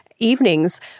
evenings